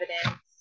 evidence